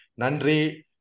Nandri